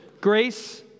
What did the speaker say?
grace